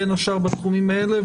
בין השאר בתחומים האלה,